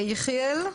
יחיאל,